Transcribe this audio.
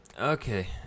Okay